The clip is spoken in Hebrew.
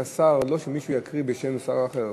לא שמישהו יקריא בשם שר אחר,